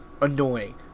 annoying